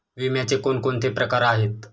विम्याचे कोणकोणते प्रकार आहेत?